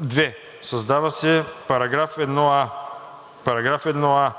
2. Създава се § 1а: „§ 1а.